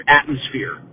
atmosphere